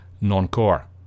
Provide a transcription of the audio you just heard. non-core